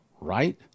right